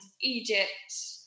Egypt